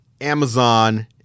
Amazon